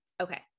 Okay